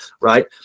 Right